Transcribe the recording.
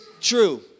true